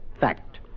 Fact